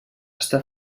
està